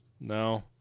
No